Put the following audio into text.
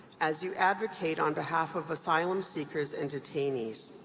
as you advocate on behalf of asylum seekers and detainees,